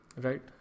Right